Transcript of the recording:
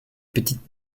petites